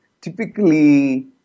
typically